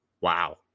Wow